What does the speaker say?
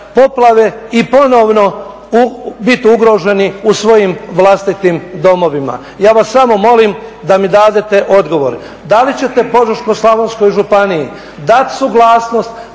poplave i ponovno biti ugroženi u svojim vlastitim domovima. Ja vas samo molim da mi date odgovor, da li ćete Požeško-slavonskoj županiji dati suglasnost